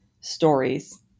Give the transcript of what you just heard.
stories